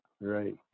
right